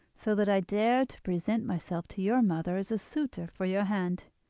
so that i dare to present myself to your mother as a suitor for your hand.